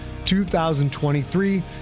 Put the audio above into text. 2023